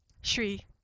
Shri